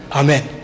amen